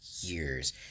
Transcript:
years